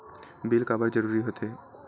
Bill काबर जरूरी होथे?